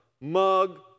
mug